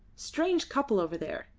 strange couple over there,